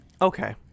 okay